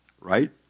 right